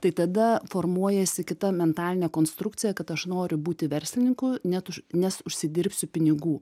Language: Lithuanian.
tai tada formuojasi kita mentalinė konstrukcija kad aš noriu būti verslininku net nes užsidirbsiu pinigų